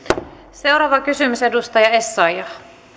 seuraava kysymys edustaja essayah